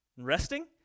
Resting